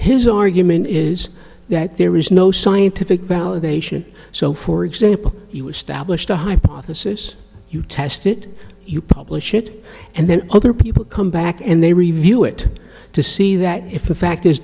his argument is that there is no scientific validation so for example you establish the hypothesis you test it you publish it and then other people come back and they review it to see that if the fact